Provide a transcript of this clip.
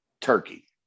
turkey